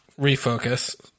refocus